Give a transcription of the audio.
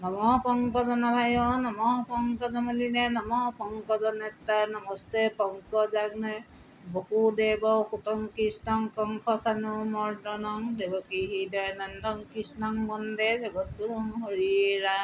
নম পংকজন নম পংকজমিন নম পংকজনেতা নমস্তে পংক জাগনে বহুদেৱ সুতং কৃষ্ণ কংক চানুমৰ্দনং দেৱকৃহি দন্দং কৃষ্ণং মন্দে জগতগুৰু হৰি ৰাম